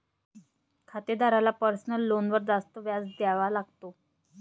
खातेदाराला पर्सनल लोनवर जास्त व्याज दर द्यावा लागतो